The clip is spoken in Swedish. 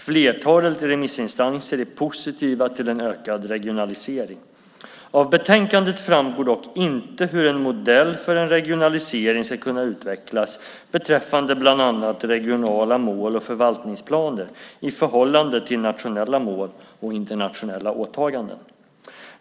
Flertalet remissinstanser är positiva till en ökad regionalisering. Av betänkandet framgår dock inte hur en modell för en regionalisering ska kunna utvecklas beträffande bland annat regionala mål och förvaltningsplaner i förhållande till nationella mål och internationella åtaganden.